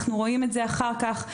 אנחנו רואים את זה אחר כך.